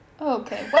Okay